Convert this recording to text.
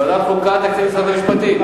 ועדת החוקה את תקציב משרד המשפטים.